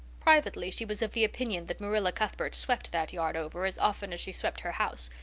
privately she was of the opinion that marilla cuthbert swept that yard over as often as she swept her house.